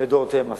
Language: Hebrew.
לדורותיהם עשו,